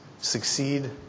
Succeed